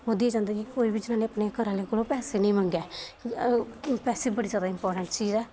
मोदी चांह्दा कि कोई बी जनान्नी अपने घरै आह्ले कोला कोई पैसा निं मंगै क्योंकि पैसे बड़ी जैदा इंपॉर्टेंट चीज ऐ